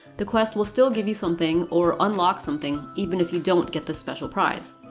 the quest will still give you something or unlock something even if you don't get the special prize.